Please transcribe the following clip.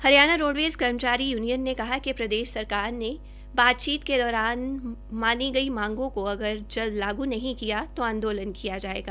Haryana roadways कर्मचारी union ने कहा कि प्रदेश सरकार से बातचीत के दौरान मांगों को अगल जल्द लागू नहीं किया तो आंदोलन किया जायेगा